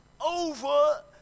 over